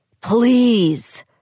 please